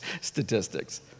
statistics